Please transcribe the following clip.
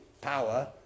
power